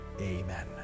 Amen